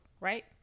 right